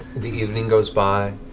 the evening goes by,